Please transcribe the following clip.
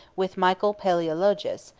with michael palaeologus,